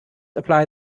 apply